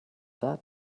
that